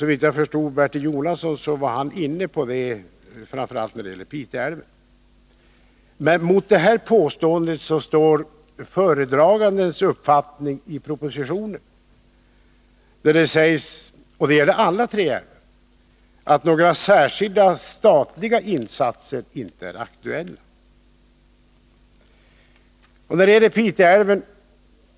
Om jag förstod Bertil Jonasson rätt var han inne på detta, framför allt när det gällde Pite älv. Mot detta står föredragandens uppfattning i propositionen. Där står det — och det gäller alla tre älvarna — att några särskilda statliga insatser inte är aktuella.